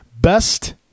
Best